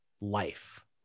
life